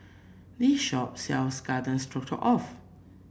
this shop sells Garden Stroganoff